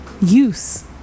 use